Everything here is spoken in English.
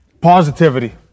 Positivity